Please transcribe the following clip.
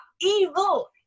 evil